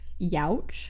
youch